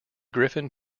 griffin